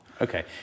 okay